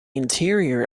interior